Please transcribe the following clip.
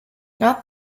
not